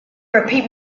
repeat